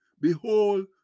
Behold